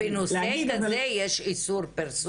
בנושא כזה יש איסור פרסום?